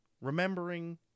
remembering